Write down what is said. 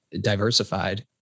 diversified